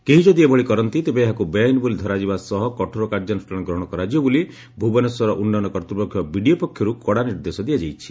କେହି ଯଦି ଏଭଳି କରନ୍ତି ତେବେ ତାହାକୁ ବେଆଇନ ବୋଲି ଧରାଯିବା ସହ କଠୋର କାର୍ଯ୍ୟାନୁଷ୍ଠାନ ଗ୍ରହଶ କରାଯିବ ବୋଲି ଭୁବନେଶ୍ୱର ଉନ୍ନୟନ କର୍ଭୃପକ୍ଷ ବିଡ଼ିଏ ପକ୍ଷରୁ କଡ଼ା ନିର୍ଦ୍ଦେଶ ଦିଆଯାଇଛି